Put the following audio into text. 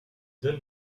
donne